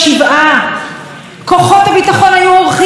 הוא ניסה כבר לפני כמה שנים לדקור אותה פעם ראשונה,